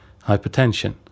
hypertension